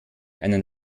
einen